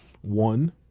One